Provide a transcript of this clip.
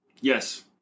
Yes